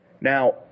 Now